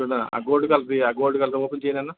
చూడు ఆ గోల్డ్ కలర్ది ఆ గోల్డ్ కలర్ ఓపెన్ చేయి నాన్నా